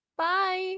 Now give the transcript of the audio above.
Bye